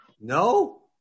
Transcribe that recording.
No